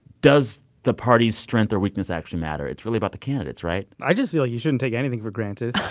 does the party's strength or weakness actually matter? it's really about the candidates, right? i just feel you shouldn't take anything for granted.